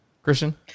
Christian